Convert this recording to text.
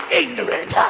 ignorant